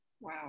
Wow